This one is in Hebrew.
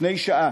לפני שעה,